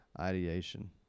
ideation